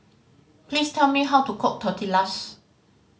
please tell me how to cook Tortillas